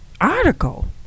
article